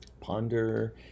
ponder